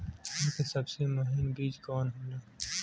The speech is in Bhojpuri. धान के सबसे महीन बिज कवन होला?